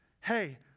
Hey